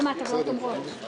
תגיד מה ההטבות אומרות.